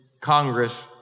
Congress